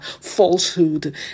falsehood